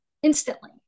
Instantly